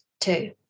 Two